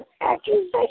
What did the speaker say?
accusation